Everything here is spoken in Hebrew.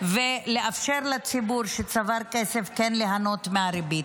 ולאפשר לציבור שצבר כסף כן ליהנות מהריבית.